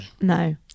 No